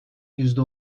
yüzde